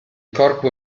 corpo